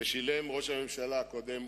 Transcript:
ושילם ראש הממשלה הקודם,